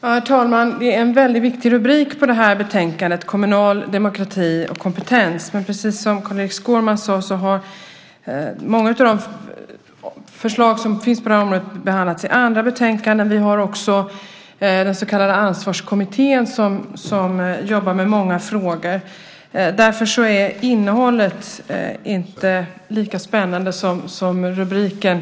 Herr talman! Det är en viktig rubrik på betänkandet, Kommunal demokrati och kompetens . Precis som Carl-Erik Skårman sade har många av de förslag som finns på området behandlats i andra betänkanden. Vi har också den så kallade Ansvarskommittén som jobbar med många frågor. Därför är innehållet inte lika spännande som rubriken.